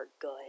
good